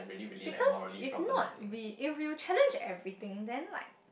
because if not we if you challenge everything then like